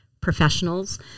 professionals